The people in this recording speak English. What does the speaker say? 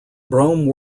brome